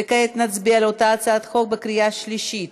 כעת נצביע על אותה הצעת חוק בקריאה השלישית.